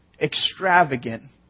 extravagant